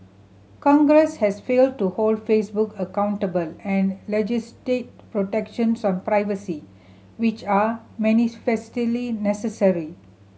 congress has failed to hold Facebook accountable and legislate protections on privacy which are manifestly necessary